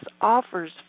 offers